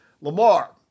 Lamar